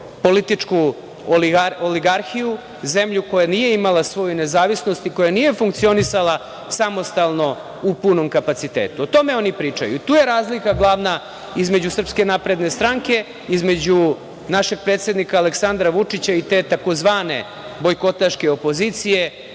tajkunsko-političku oligarhiju, zemlju koja nije imala svoju nezavisnost i koja nije funkcionisala samostalno u punom kapacitetu.O tome oni pričaju i tu je razlika glavna između SNS, između našeg predsednika Aleksandra Vučića i te tzv. bojkotaške opozicije